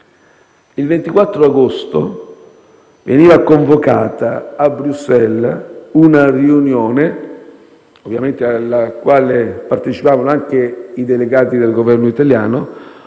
Il 24 agosto veniva convocata a Bruxelles una riunione, alla quale ovviamente partecipavano anche i delegati del Governo italiano,